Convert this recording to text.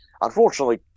unfortunately